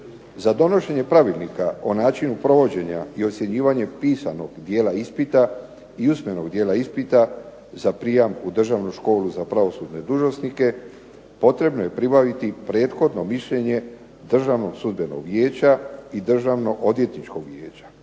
Za donošenje pravilnika o načinu provođenja i ocjenjivanje pisanog dijela ispita i usmenog dijela ispita za prijam u državnu školu za pravosudne dužnosnike, potrebno je pribaviti prethodno mišljenje Državnog sudbenog vijeća i Državnoodvjetničkog vijeća.